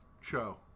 show